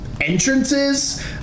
entrances